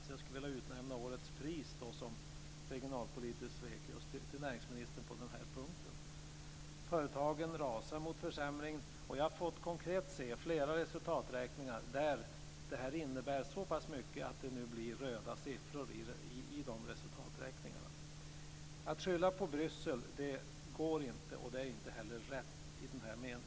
Jag skulle vilja utdela årets pris för regionalpolitiskt svek till näringsministern på den här punkten. Företagen rasar mot försämringen, och jag har konkret fått se flera resultaträkningar där det här inverkar så mycket att det blivit röda siffror. Att skylla på Bryssel går inte, och det är inte heller rätt i det här sammanhanget.